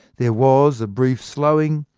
there was a brief slowing,